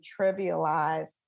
trivialize